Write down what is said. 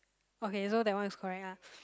okay so that one is correct ah